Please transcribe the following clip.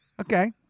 okay